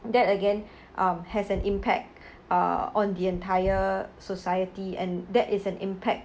that again um has an impact uh on the entire society and that is an impact